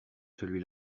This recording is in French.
celui